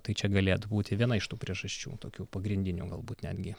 tai čia galėtų būti viena iš tų priežasčių tokių pagrindinių galbūt netgi